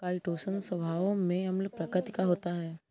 chitosan स्वभाव में अम्ल प्रकृति का होता है